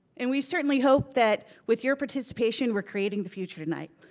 and we certainly hope that with your participation, we're creating the future tonight.